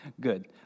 good